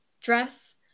dress